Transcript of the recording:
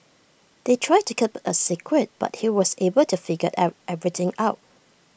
they tried to keep IT A secret but he was able to figure everything out